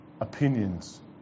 opinions